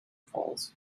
falls